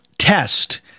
test